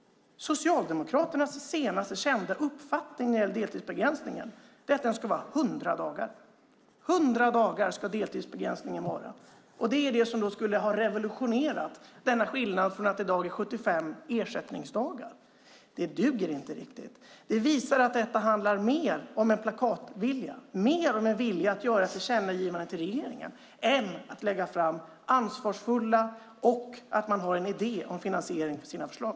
Socialdemokraternas senaste kända uppfattning om deltidsbegränsningen är att den ska vara 100 dagar. Vilken revolutionerande skillnad från dagens 75 ersättningsdagar! Det duger inte, utan visar att det handlar mer om plakatpolitik, mer om en vilja att göra tillkännagivanden till regeringen än att lägga fram ansvarsfulla förslag som är finansierade.